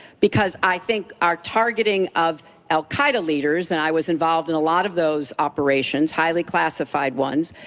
because i think our targeting of al qaeda leaders, and i was involved in a lot of those operations, highly classified ones,